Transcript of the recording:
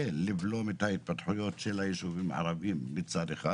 לבלום את ההתפתחויות של היישובים הערביים מצד אחד,